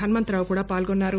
హనుమంతరావు కూడా పాల్గొన్నారు